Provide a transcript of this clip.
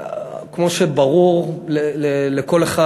כמו שברור לכל אחד,